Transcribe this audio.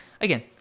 again